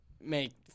make